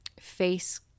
face